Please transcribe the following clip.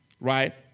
right